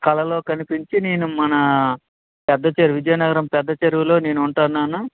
కలలో కనిపించి నేను మన విజయనగరం పెద్ద చెరువులో నేను ఉంటాను నాన్న